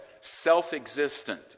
self-existent